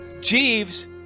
Jeeves